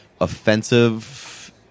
offensive